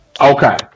Okay